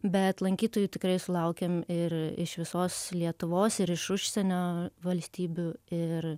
bet lankytojų tikrai sulaukiam ir iš visos lietuvos ir iš užsienio valstybių ir